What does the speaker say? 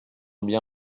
bien